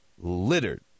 littered